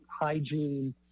hygiene